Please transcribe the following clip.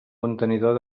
contenidor